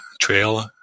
trail